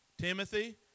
Timothy